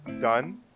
done